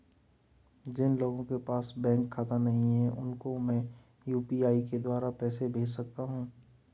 जिन लोगों के पास बैंक खाता नहीं है उसको मैं यू.पी.आई के द्वारा पैसे भेज सकता हूं?